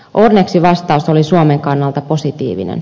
onneksi vastaus oli suomen kannalta positiivinen